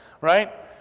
right